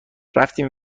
رفتیم